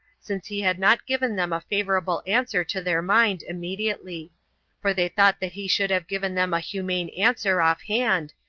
since he had not given them a favorable answer to their mind immediately for they thought that he should have given them a humane answer off-hand,